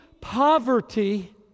poverty